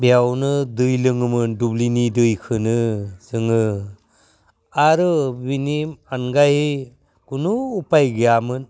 बेयावनो दै लोङोमोन दुलिनि दैखौनो जोङो आरो बिनि आनगायै खुनु उफाय गैयामोन